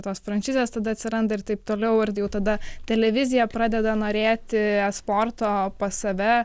tos franšizės tada atsiranda ir taip toliau ir jau tada televizija pradeda norėti esporto pas save